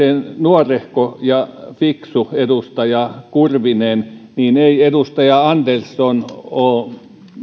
nuorehko ja fiksu edustaja kurvinen että ei edustaja andersson ole